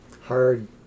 hard